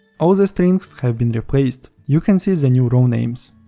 all the strings have been replaced. you can see the new row names.